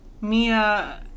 Mia